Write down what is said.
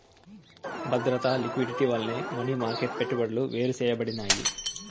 బద్రత, లిక్విడిటీ వల్లనే money market పెట్టుబడులు వేరుసేయబడినాయి